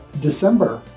December